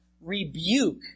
rebuke